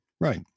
right